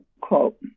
quote